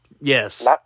yes